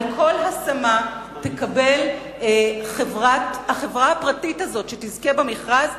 על כל השמה תקבל החברה הפרטית הזאת שתזכה במכרז,